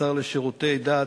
השר לשירותי דת,